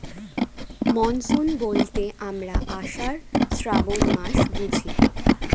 monsoon বলতে আমরা আষাঢ়, শ্রাবন মাস বুঝি